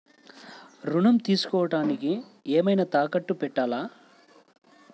ఋణం తీసుకొనుటానికి ఏమైనా తాకట్టు పెట్టాలా?